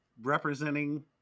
representing